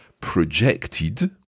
projected